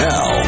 Now